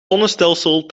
zonnestelsel